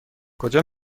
کجا